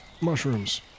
mushrooms